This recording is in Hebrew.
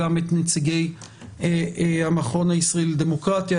נשמע גם את נציגי המכון הישראלי לדמוקרטיה,